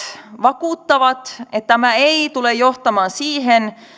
vakuuttavat että tämä ei tule johtamaan siihen